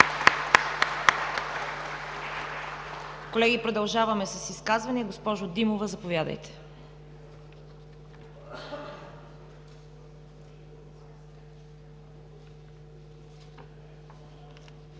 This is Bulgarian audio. Колеги, продължаваме с изказвания. Госпожо Димова, заповядайте.